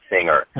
singer